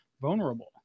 vulnerable